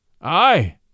Aye